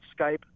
Skype